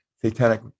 satanic